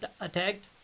attacked